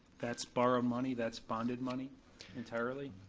that's borrowed money, that's bonded money entirely?